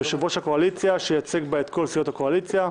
יושב-ראש הקואליציה שייצג בה את כל סיעות הקואליציה,